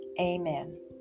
Amen